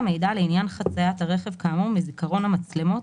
יימחק המידע לעניין חציית הרכב כאמור מזיכרון המצלמות,